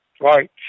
Right